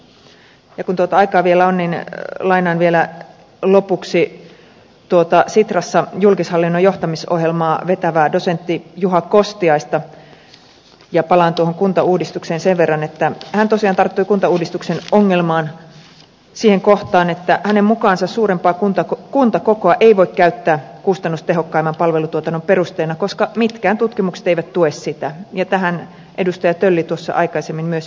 kun tuota aikaa vielä on niin lainaan vielä lopuksi sitrassa julkishallinnon johtamisohjelmaa vetävää dosentti juha kostiaista ja palaan tuohon kuntauudistukseen sen verran että hän tosiaan tarttui kuntauudistuksen ongelmaan siihen kohtaan että hänen mukaansa suurempaa kuntakokoa ei voi käyttää kustannustehokkaimman palvelutuotannon perusteena koska mitkään tutkimukset eivät tue sitä ja tähän edustaja tölli tuossa aikaisemmin myös viittasi